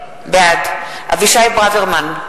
בעד אבישי ברוורמן,